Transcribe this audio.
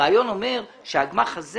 הרעיון אומר שהגמ"ח הזה,